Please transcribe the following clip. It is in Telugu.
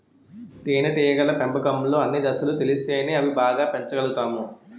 తేనేటీగల పెంపకంలో అన్ని దశలు తెలిస్తేనే అవి బాగా పెంచగలుతాము